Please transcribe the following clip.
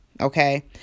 Okay